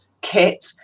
kit